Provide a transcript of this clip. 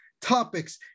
topics